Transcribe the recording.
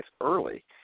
early